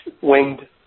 winged